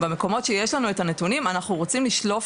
במקומות שיש לנו את הנתונים אנחנו רוצים לשלוף